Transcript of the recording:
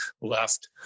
left